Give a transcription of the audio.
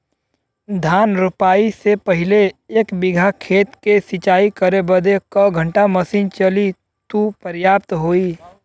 धान रोपाई से पहिले एक बिघा खेत के सिंचाई करे बदे क घंटा मशीन चली तू पर्याप्त होई?